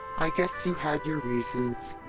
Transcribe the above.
i guess you had your reasons.